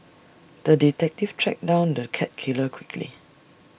the detective tracked down the cat killer quickly